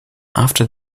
after